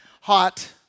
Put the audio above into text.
hot